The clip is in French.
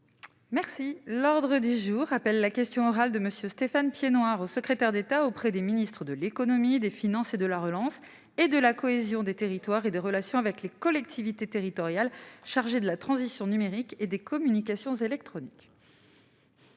Merci l'ordre du jour appelle la question orale de Monsieur Stéphane Piednoir au secrétaire d'État auprès des ministres de l'Économie et des finances et de la relance et de la cohésion des territoires et des relations avec les collectivités territoriales, chargé de la transition numérique et des communications électroniques.